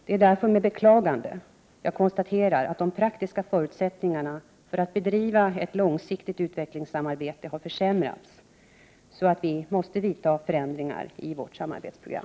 Det är därför med beklagande hyresgäster att betala kostnaderna för installation av kabel-TV jag konstaterar att de praktiska förutsättningarna för att bedriva ett långsiktigt utvecklingssamarbete har försämrats så att vi måste vidta förändringar i vårt samarbetsprogram.